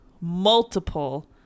multiple